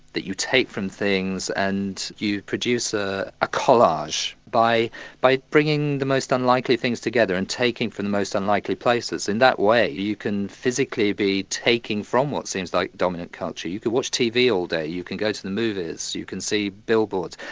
that you take from things and you produce a ah collage by by bringing the most unlikely things together and taking from the most unlikely places. in that way you you can physically be taking from what seems like dominant culture, you can watch tv all day, you can go to the movies, you can see billboards,